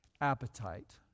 appetite